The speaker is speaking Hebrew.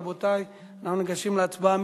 רבותי, אנחנו ניגשים להצבעה.